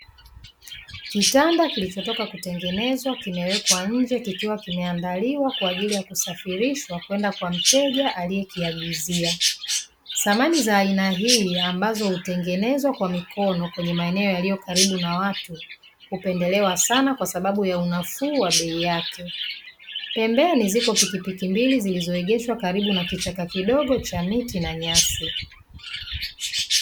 Kitanda kilicho toka kutengenezwa kimewekwa nje kikiwa kimeandaliwa kwa ajili ya kusafirishwa kwenda kwa mteja aliyekiagizia. Samani za aina hii ambazo hutenegezwa kwa mikono kwenye maeneo yaliyo karibu na watu, hupenedelewa sana kwasababu ya unafuu wa bei yake. Pembeni ziko pikipiki mbili zilizoegeshwa karibu na kichaka kidogo cha miti na nyasi.